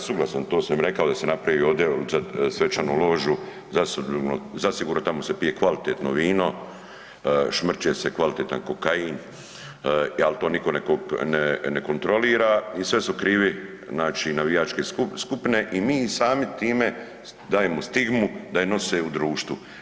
Pa ja bi, ja sam suglasan to sam i rekao da se napravi ovdje za svečanu ložu, zasigurno tamo se pije kvalitetno vino, šmrče se kvalitetan kokain, al to nitko ne kontrolira i sve su krivi znači navijačke skupine i mi samim time dajemo stigmu da je nose u društvu.